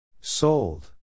Sold